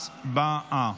הצבעה.